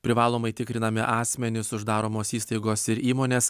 privalomai tikrinami asmenys uždaromos įstaigos ir įmonės